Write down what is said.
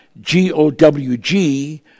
G-O-W-G